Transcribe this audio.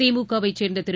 திமுகவைச் சேர்ந்ததிரு